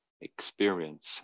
experience